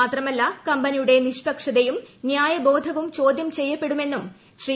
മാത്രമല്ല കമ്പനിയുടെ നിഷ്പക്ഷതയും ന്യായബോധവും ചോദ്യം ചെയ്യപ്പെടുമെന്നും ശ്രീ